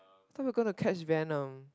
thought we're gonna catch venom